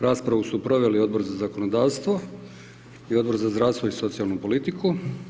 Raspravu su proveli Odbor za zakonodavstvo i Odbor za zdravstvo i socijalnu politiku.